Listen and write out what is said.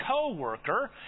co-worker